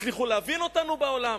הצליחו להבין אותנו בעולם,